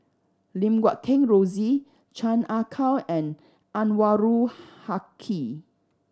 Lim Guat Kheng Rosie Chan Ah Kow and Anwarul Haque